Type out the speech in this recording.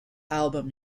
album